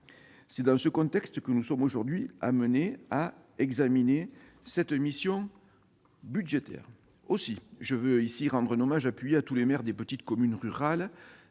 C'est dans ce contexte que nous sommes aujourd'hui amenés à examiner cette mission budgétaire. Aussi, je veux ici rendre un hommage appuyé à tous les maires des petites communes rurales,